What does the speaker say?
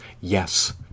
Yes